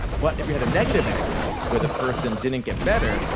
but if you had a negative anecdote where the person didn't get better,